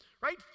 right